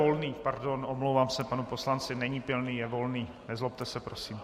Volný, pardon, omlouvám se panu poslanci, není Pilný, je Volný, nezlobte se, prosím.